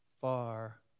far